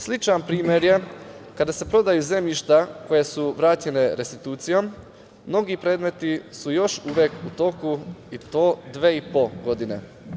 Sličan primer je kada se prodaju zemljišta koja su vraćena restitucijom, mnogi predmeti su još uvek u toku i to dve i po godine.